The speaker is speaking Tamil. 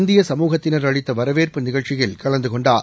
இந்திய சமூகத்தினர் அளித்த வரவேற்பு நிகழ்ச்சியில் கலந்துகொண்டார்